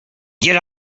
get